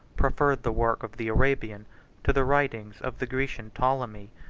preferred the work of the arabian to the writings of the grecian ptolemy.